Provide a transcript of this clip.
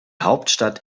hauptstadt